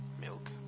milk